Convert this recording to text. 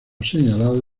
señalado